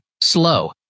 slow